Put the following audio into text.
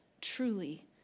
truly